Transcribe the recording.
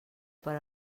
per